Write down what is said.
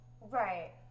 Right